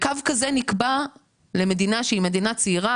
הקו הזה נקבע כי היינו מדינה צעירה